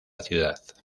ciudad